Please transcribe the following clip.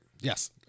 Yes